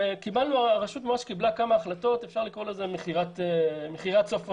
הרשות קיבלה כמה החלטות אפשר לקרוא לזה "מכירת סוף עונה".